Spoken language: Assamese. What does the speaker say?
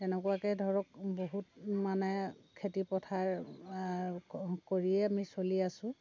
তেনেকুৱাকৈ ধৰক বহুত মানে খেতি পথাৰ কৰিয়ে আমি চলি আছোঁ